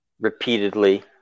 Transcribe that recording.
repeatedly